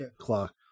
clock